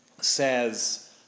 says